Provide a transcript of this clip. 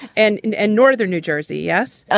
and in and northern new jersey yes, ah